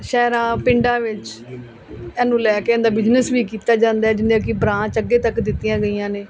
ਸ਼ਹਿਰਾਂ ਪਿੰਡਾਂ ਵਿੱਚ ਇਹਨੂੰ ਲੈ ਕੇ ਇਹਦਾ ਬਿਜਨਸ ਵੀ ਕੀਤਾ ਜਾਂਦਾ ਜਿਹਦੀਆਂ ਕਿ ਬਰਾਂਚ ਅੱਗੇ ਤੱਕ ਦਿੱਤੀਆਂ ਗਈਆਂ ਨੇ